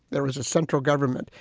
there was a central government.